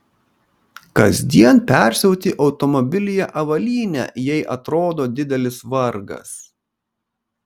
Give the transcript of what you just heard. kasdien persiauti automobilyje avalynę jei atrodo didelis vargas